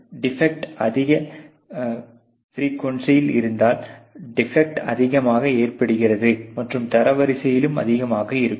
defect அதிக பிரெயூனிசியில் இருந்தால் டெபெக்ட் அதிகமாக ஏற்படுகிறது மற்றும் தரவரிசையிலும் அதிகமாக இருக்கும்